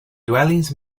dwellings